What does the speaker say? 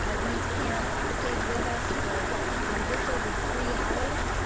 ah these parents stayed with us for just over three hours,